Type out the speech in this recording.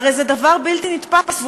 הרי זה דבר בלתי נתפס.